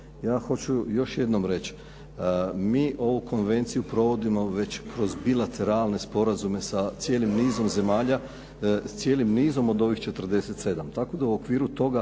Ja hoću još jednom reći, mi ovu konvenciju provodimo već kroz bilateralne sporazume sa cijelim nizom zemalja, cijelim nizom od ovih 47, tako da u okviru toga